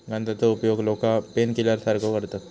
गांजाचो उपयोग लोका पेनकिलर सारखो करतत